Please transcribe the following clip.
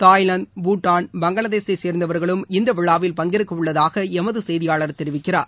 Thailand Bhutan பங்களாதேஷை சேர்ந்தவா்களும் இந்த விழாவில் பங்கேற்க உள்ளதாக எமது செய்தியாளர் தெரிவிக்கிறார்